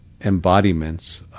embodiments